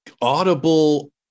audible